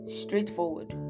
straightforward